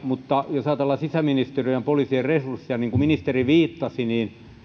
mutta jos ajatellaan sisäministeriön ja poliisien resursseja niin kuin ministeri viittasi niin